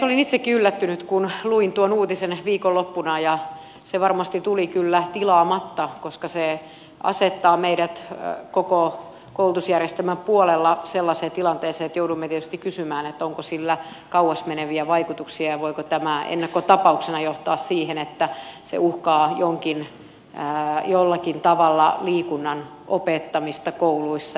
olin itsekin yllättynyt kun luin tuon uutisen viikonloppuna ja se varmasti tuli kyllä tilaamatta koska se asettaa meidät koko koulutusjärjestelmän puolella sellaiseen tilanteeseen että joudumme tietysti kysymään onko sillä kauas meneviä vaikutuksia ja voiko tämä ennakkotapauksena johtaa siihen että se uhkaa jollakin tavalla liikunnan opettamista kouluissa